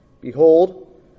Behold